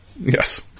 Yes